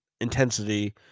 intensity